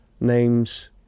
names